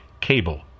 cable